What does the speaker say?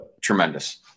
Tremendous